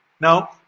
Now